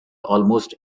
almost